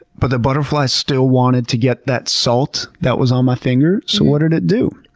but the butterfly still wanted to get that salt that was on my finger. so what did it do?